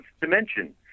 dimension